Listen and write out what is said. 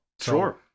Sure